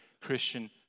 christian